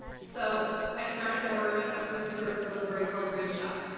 so i started ordering a food service delivery called green chef.